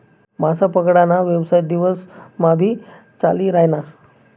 मासा पकडा ना येवसाय दिवस मा भी चाली रायना